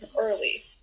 early